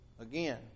Again